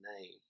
name